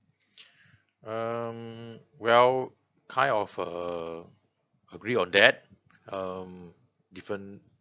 um well kind of err agree on that um different